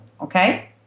okay